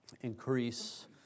increase